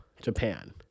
Japan